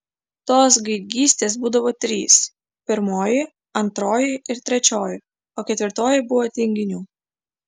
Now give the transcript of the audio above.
tos gaidgystės būdavo trys pirmoji antroji ir trečioji o ketvirtoji buvo tinginių